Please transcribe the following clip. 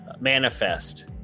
manifest